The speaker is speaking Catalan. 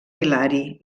hilari